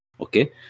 okay